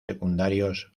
secundarios